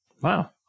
Wow